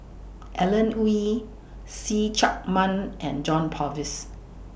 Alan Oei See Chak Mun and John Purvis